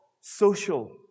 social